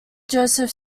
joseph